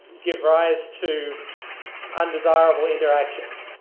give rise to undesirable interactions.